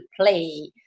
play